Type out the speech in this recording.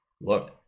look